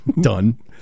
Done